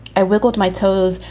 i will go to my toes.